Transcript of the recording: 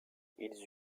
ils